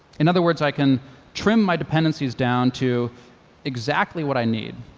in other words, i can trim my dependencies down to exactly what i need.